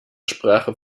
sprache